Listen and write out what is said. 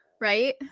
Right